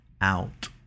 out